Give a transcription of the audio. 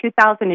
2000